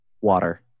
water